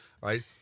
Right